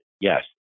Yes